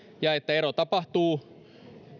ja että ero tapahtuu